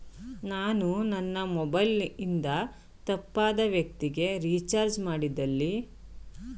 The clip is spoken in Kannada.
ನಾನು ನನ್ನ ಮೊಬೈಲ್ ಇಂದ ತಪ್ಪಾದ ವ್ಯಕ್ತಿಗೆ ರಿಚಾರ್ಜ್ ಮಾಡಿದಲ್ಲಿ ನನಗೆ ಆ ಹಣ ವಾಪಸ್ ಪಡೆಯಲು ಏನು ಮಾಡಬೇಕು?